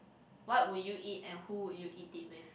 what would you eat and who would you eat it with